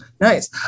Nice